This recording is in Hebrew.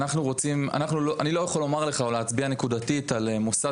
אני לא יכול לומר לך או להצביע נקודתית על מוסד